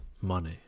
money